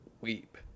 weep